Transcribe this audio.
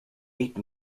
eight